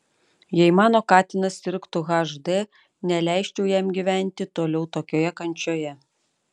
jei mano katinas sirgtų hd neleisčiau jam gyventi toliau tokioje kančioje